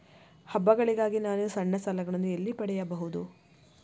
ಹಬ್ಬಗಳಿಗಾಗಿ ನಾನು ಸಣ್ಣ ಸಾಲಗಳನ್ನು ಎಲ್ಲಿ ಪಡೆಯಬಹುದು?